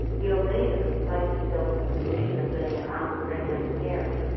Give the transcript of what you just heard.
you immediately place yourself in a position of being an unfriendly parent.